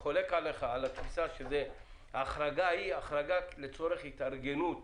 חולק עליך על התפיסה שהחרגה היא החרגה לצורך התארגנות,